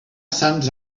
sants